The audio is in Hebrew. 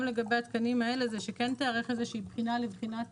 לגבי התקנים האלה זה שכן תיערך איזושהי בחינה לבחינת